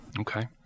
Okay